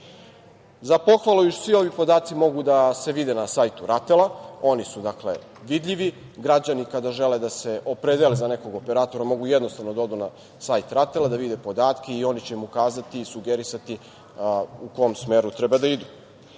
pohvalu je što svi ovi podaci mogu da se vide na sajtu RATEL, oni su vidljivi. Građani kada žele da se opredele za nekog operatora mogu jednostavno da odu na sajt RATEL da vide podatke i oni će im ukazati, sugerisati u kom smeru treba da idu. Što